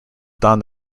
don